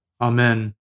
Amen